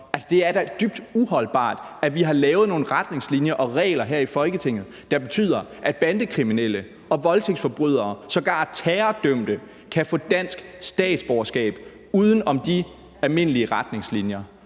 Det er da dybt uholdbart, at vi har lavet nogle retningslinjer og regler her i Folketinget, der betyder, at bandekriminelle og voldtægtsforbrydere, sågar terrordømte, kan få dansk statsborgerskab uden om de almindelige retningslinjer.